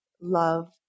love